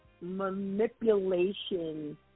manipulation